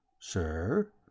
Sir